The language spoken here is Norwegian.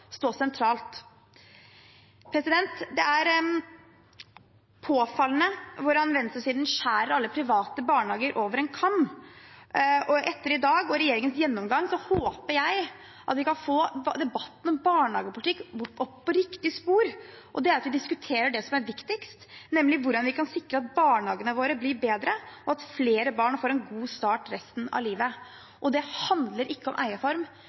stå sentralt. Det er påfallende hvordan venstresiden skjærer alle private barnehager over én kam. Etter i dag, og regjeringens gjennomgang, håper jeg at vi kan få debatten om barnehagepolitikk på riktig spor, og det er at vi diskuterer det som er viktigst, nemlig hvordan vi kan sikre at barnehagene våre blir bedre, og at flere barn får en god start på resten av livet. Det handler ikke om eierform,